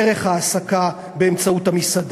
אבל מכיוון שסירבתי לשלם סכום כספי גדול לא קיבלתי תעודת כשרות.